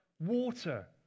water